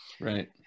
right